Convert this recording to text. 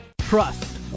Trust